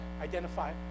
identify